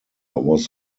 was